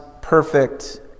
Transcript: perfect